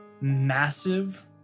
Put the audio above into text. massive